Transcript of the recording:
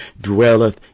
dwelleth